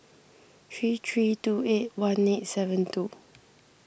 three three two eight one eight seven two